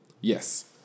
Yes